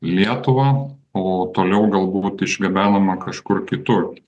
lietuvą o toliau galbūt išgabenama kažkur kitur